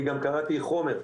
אני גם קראתי חומר,